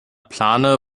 plane